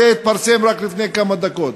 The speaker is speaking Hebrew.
וזה התפרסם רק לפני כמה דקות.